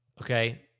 okay